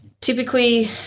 typically